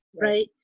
Right